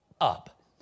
up